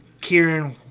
Kieran